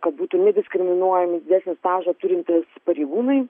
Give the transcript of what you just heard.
kad būtų nediskriminuojami didesnį stažą turintys pareigūnai